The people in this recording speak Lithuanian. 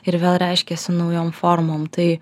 ir vėl reiškiasi naujom formom tai